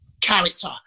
character